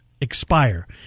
expire